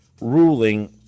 ruling